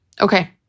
Okay